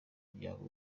muryango